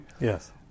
Yes